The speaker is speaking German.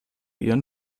ihren